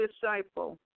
disciple